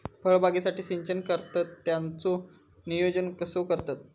फळबागेसाठी सिंचन करतत त्याचो नियोजन कसो करतत?